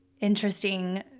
interesting